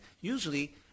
usually